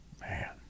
Man